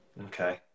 Okay